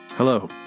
Hello